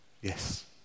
Yes